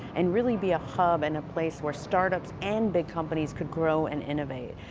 and really be a hub and a place where start-ups and big companies could grow and innovate.